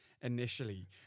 initially